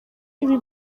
ibi